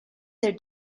their